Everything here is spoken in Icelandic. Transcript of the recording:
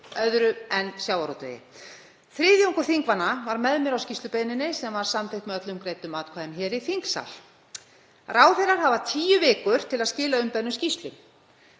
öðru en sjávarútvegi. Þriðjungur þingmanna var með mér á skýrslubeiðninni sem samþykkt var með öllum greiddum atkvæðum í þingsal. Ráðherrar hafa tíu vikur til að skila umbeðnum skýrslum.